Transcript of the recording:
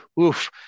oof